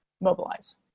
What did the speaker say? mobilize